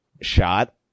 shot